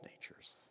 natures